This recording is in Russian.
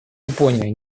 япония